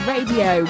Radio